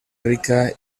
rica